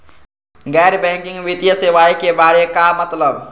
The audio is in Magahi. गैर बैंकिंग वित्तीय सेवाए के बारे का मतलब?